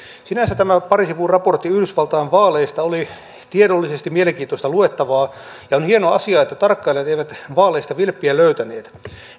sinänsä tämä parin sivun raportti yhdysvaltain vaaleista oli tiedollisesti mielenkiintoista luettavaa ja on hieno asia että tarkkailijat eivät vaaleista vilppiä löytäneet